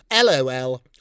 LOL